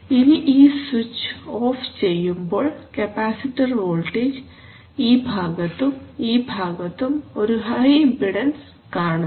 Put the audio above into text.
ഇനി ഈ switch off ചെയ്യുമ്പോൾ കപ്പാസിറ്റർ വോൾട്ടേജ് ഈ ഭാഗത്തും ഈ ഭാഗത്തും ഒരു ഹൈ ഇംപിഡൻസ് കാണുന്നു